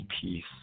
peace